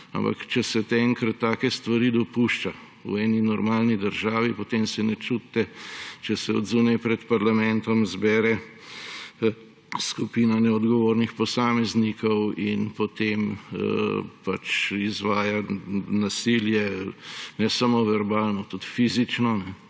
če se enkrat take stvari dopušča v eni normalni državi, potem se ne čudite, če se zunaj pred parlamentom zbere skupina neodgovornih posameznikov in potem izvaja nasilje, ne samo verbalno, tudi fizično,